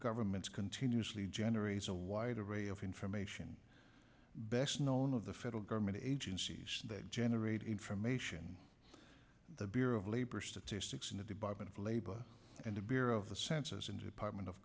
government's continuously generates a wide array of information best known of the federal government agencies that generate information the bureau of labor statistics in the department of labor and the bureau of the census and department of